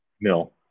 No